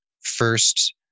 first